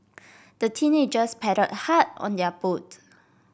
the teenagers paddled hard on their boat